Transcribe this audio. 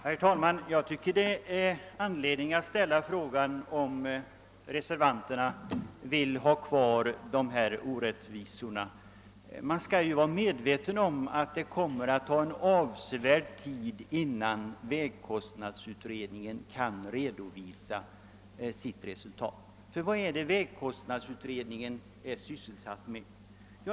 Herr talman! Jag tycker att det finns anledning att ställa frågan om reservanterna vill ha kvar dessa orättvisor. Man bör vara medveten om att det kommer att ta avsevärd tid innan vägkostnadsutredningen kan redovisa sitt resultat. Vad är det vägkostnadsutredningen är sysselsatt med?